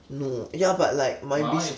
no yeah but like my bus~